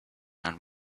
and